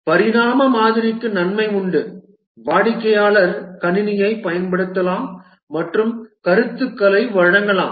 பரிணாம மாதிரிக்கு நன்மை உண்டு வாடிக்கையாளர் கணினியைப் பயன்படுத்தலாம் மற்றும் கருத்துக்களை வழங்கலாம்